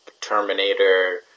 Terminator